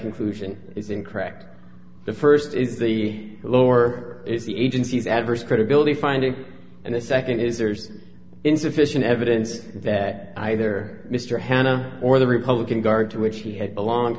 conclusion is incorrect the first is the lower the agency's adverse credibility finding and the second is there's insufficient evidence that either mr hanna or the republican guard to which he had